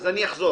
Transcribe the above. אז אני אחזור.